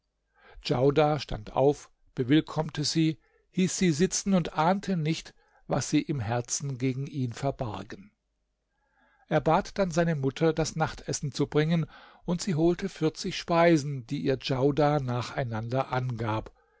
djaudar stand auf bewillkommte sie hieß sie sitzen und ahnte nicht was sie im herzen gegen ihn verbargen er bat dann seine mutter das nachtessen zu bringen und sie holte vierzig speisen die ihr djaudar nacheinander angab